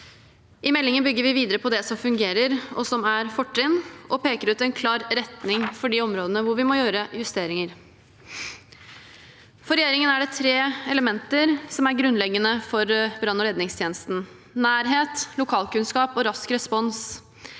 I meldingen bygger vi videre på det som fungerer, og som er fortrinn, og peker ut en klar retning for de områdene der vi må gjøre justeringer. For regjeringen er det tre elementer som er grunnleggende for brann- og redningstjenesten: nærhet, lokalkunnskap og rask respons